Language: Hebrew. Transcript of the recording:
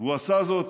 והוא עשה זאת